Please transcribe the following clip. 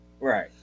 right